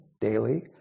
daily